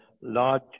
large